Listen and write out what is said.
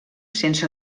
sense